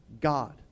God